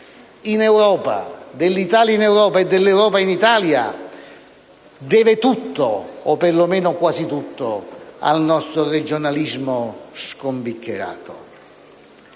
in Europa, dell'Italia in Europa e dell'Europa in Italia, deve tutto o per lo meno quasi tutto al nostro regionalismo scombiccherato.